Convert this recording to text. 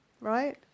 right